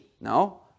No